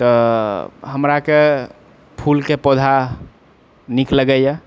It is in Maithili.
तऽ हमराकेँ फूलके पौधा नीक लगैए